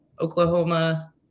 Oklahoma